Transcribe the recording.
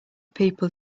people